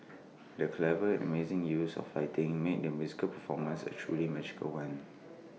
the clever and amazing use of lighting made the musical performance A truly magical one